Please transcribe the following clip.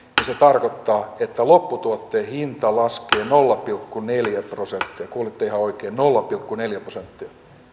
niin se tarkoittaa että lopputuotteen hinta laskee nolla pilkku neljä prosenttia kuulitte ihan oikein nolla pilkku neljä prosenttia